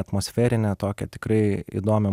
atmosferinę tokią tikrai įdomią